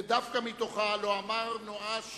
ודווקא מתוכה, לא אמר נואש